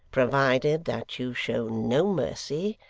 provided that you show no mercy,